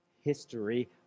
history